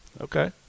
Okay